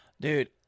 Dude